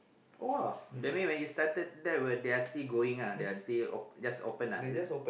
!woah! that mean when you started that when they are still going ah they are still uh just open ah is it